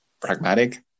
pragmatic